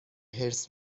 حرص